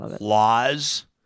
laws